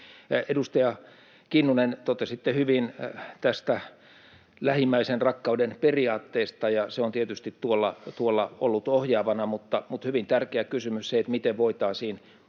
Edustaja Kinnunen, totesitte hyvin tästä lähimmäisenrakkauden periaatteesta, ja se on tietysti ollut ohjaavana, mutta hyvin tärkeä kysymys on se, miten voitaisiin